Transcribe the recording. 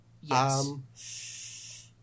Yes